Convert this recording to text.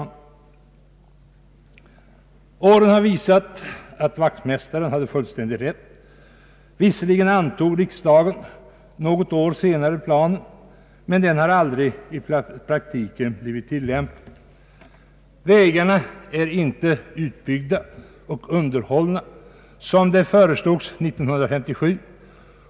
Åren har visat att vaktmästaren hade fullständigt rätt. Visserligen antog riksdagen något år senare planen, men den har aldrig blivit tillämpad i praktiken. Vägarna är inte utbyggda och underhållna så som föreslogs 1957.